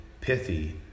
pithy